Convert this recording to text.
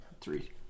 three